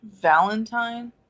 Valentine